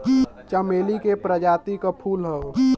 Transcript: चमेली के प्रजाति क फूल हौ